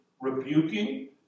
rebuking